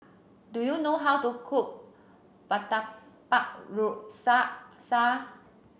do you know how to cook Murtabak Rusa